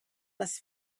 las